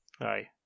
Aye